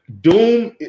doom